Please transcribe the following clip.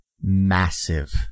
Massive